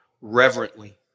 reverently